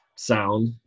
Sound